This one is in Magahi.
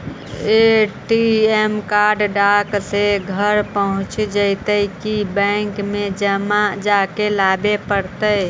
ए.टी.एम कार्ड डाक से घरे पहुँच जईतै कि बैंक में जाके लाबे पड़तै?